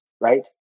right